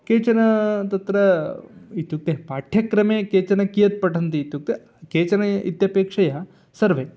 केचन तत्र इत्युक्ते पाठ्यक्रमे केचन कियत् पठन्ति इत्युक्ते केचन इत्यपेक्षया सर्वे